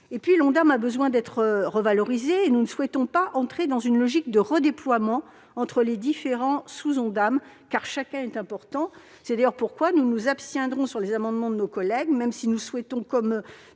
qui a besoin d'être revalorisé. Nous ne souhaitons donc pas entrer dans une logique de redéploiement entre les différents sous-objectifs, car chacun d'entre eux est important. C'est pourquoi nous nous abstiendrons sur les amendements de nos collègues, même si nous souhaitons comme